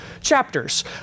chapters